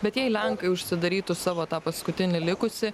bet jei lenkai užsidarytų savo tą paskutinį likusį